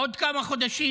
עוד כמה חודשים,